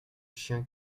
chien